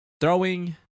throwing